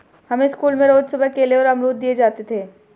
हमें स्कूल में रोज सुबह केले और अमरुद दिए जाते थे